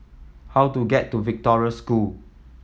how do get to Victoria School